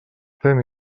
fem